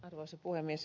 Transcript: hyvät kollegat